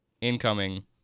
Incoming